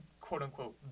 quote-unquote